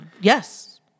yes